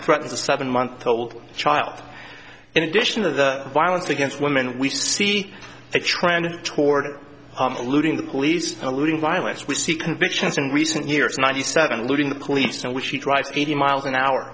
threatens a seven month old child in addition to the violence against women we see a trend toward eluding police alluding violence we see convictions in recent years ninety seven looting the police in which he drives eighty miles an hour